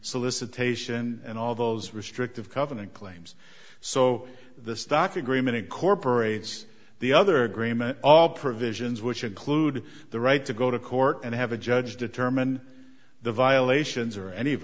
solicitation and all those restrictive covenant claims so the stock agreement incorporates the other agreement all provisions which include the right to go to court and have a judge determine the violations or any of